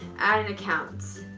add an accounts.